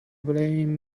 blaming